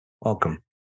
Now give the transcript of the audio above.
Welcome